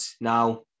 Now